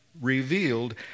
revealed